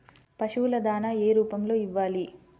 పశువుల దాణా ఏ రూపంలో ఇవ్వాలి?